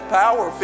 power